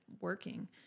working